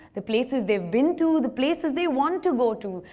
the places they've been to, the places they want to go to,